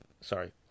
Sorry